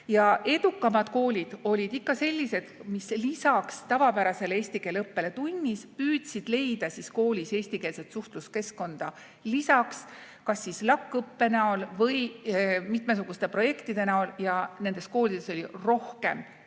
Edukamad koolid olid ikka sellised, mis lisaks tavapärasele eesti keele õppele tunnis püüdsid leida koolis eestikeelset suhtluskeskkonda kas LAK‑õppe näol või mitmesuguste projektide näol. Ja nendes koolides oli rohkem